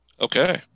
Okay